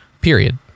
period